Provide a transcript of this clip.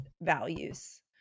values